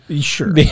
Sure